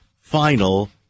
final